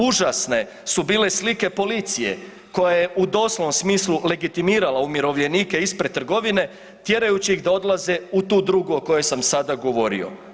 Užasne su bile slike policije koja je u doslovnom smislu legitimirala umirovljenike ispred trgovine tjerajući ih da odlaze u tu drugu o kojoj sam sada govorio.